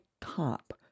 top